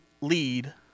lead